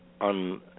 on